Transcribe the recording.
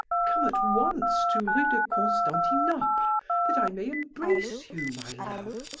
come at once to rue de constantinople that i may embrace you, my love.